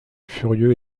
furieux